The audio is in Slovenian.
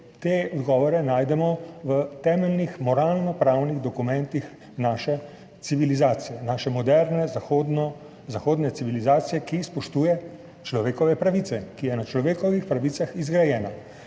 te odgovore najdemo v temeljnih moralno-pravnih dokumentih naše civilizacije, naše moderne zahodne civilizacije, ki spoštuje človekove pravice, ki je zgrajena na človekovih pravicah. Kar je